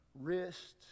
wrists